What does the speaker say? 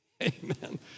Amen